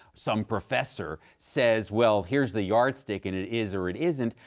some professor, says, well, here's the yardstick and it is or it isn't.